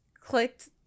clicked